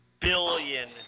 billion